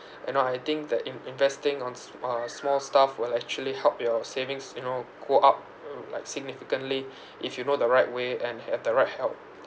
you know I think that in~ investing ons uh small stuff will actually help your savings you know go up mm like significantly if you know the right way and have the right help